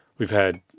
we've had,